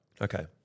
Okay